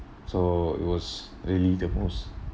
so it was really the most